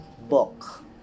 book